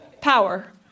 Power